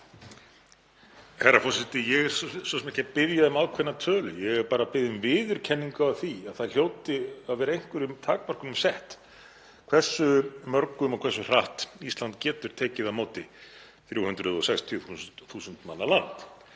Herra forseti. Ég er svo sem ekki að biðja um ákveðna tölu, ég er bara að biðja um viðurkenningu á því að það hljóti að vera einhverjum takmörkunum háð hversu mörgum og hversu hratt Ísland getur tekið á móti, 360.000 manna land.